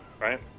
right